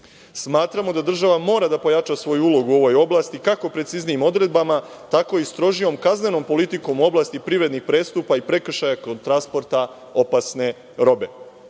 zakona. Smatramo da država mora da pojača svoju ulogu u ovoj oblasti, kako preciznijim odredbama, tako i strožijom kaznenom politikom u oblasti privrednih prestupa i prekršaja kod transporta opasne robe.